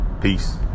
Peace